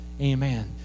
Amen